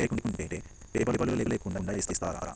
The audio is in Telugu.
లేకుంటే పేపర్లు లేకుండా ఇస్తరా?